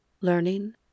learning